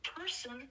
person